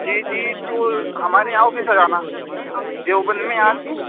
جی جی تو ہمارے یہاں آفس آ جانا دیوبند میں یہاں سے